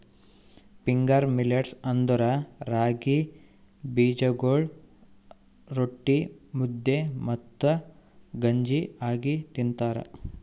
finger millets ಅಂದುರ್ ರಾಗಿ ಬೀಜಗೊಳ್ ರೊಟ್ಟಿ, ಮುದ್ದೆ ಮತ್ತ ಗಂಜಿ ಆಗಿ ತಿಂತಾರ